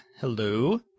Hello